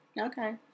okay